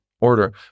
Order